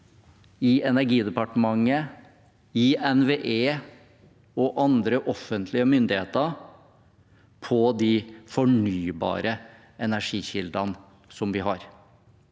i Energidepartementet, i NVE og i andre offentlige myndigheter på de fornybare energikildene vi har,